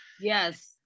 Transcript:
Yes